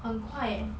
很快 eh